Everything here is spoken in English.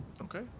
Okay